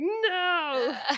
no